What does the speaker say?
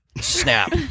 snap